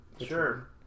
Sure